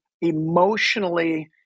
emotionally